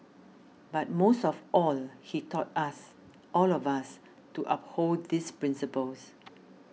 but most of all he taught us all of us to uphold these principles